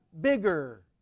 bigger